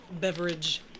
Beverage